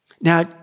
Now